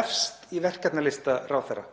efst í verkefnalista ráðherra.